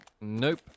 Nope